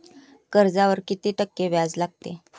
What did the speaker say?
कर्जावर किती टक्के व्याज लागते?